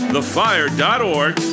TheFire.org